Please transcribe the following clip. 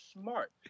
smart